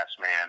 man